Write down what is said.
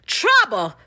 trouble